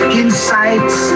insights